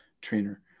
trainer